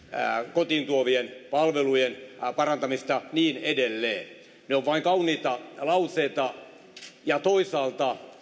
kotiin tuotavien palvelujen parantamisesta ja niin edelleen ne ovat vain kauniita lauseita ja toisaalta